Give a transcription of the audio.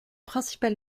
principal